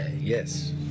Yes